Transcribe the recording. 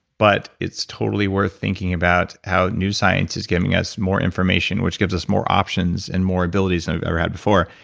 but it's totally worth thinking about how new science is giving us more information, which gives us more options, and more abilities and we never had before,